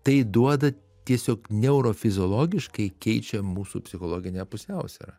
tai duoda tiesiog neurofiziologiškai keičia mūsų psichologinę pusiausvyrą